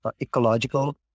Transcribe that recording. ecological